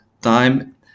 Time